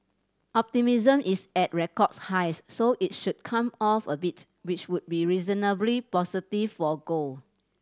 optimism is at record highs so it should come off a bit which would be reasonably positive for gold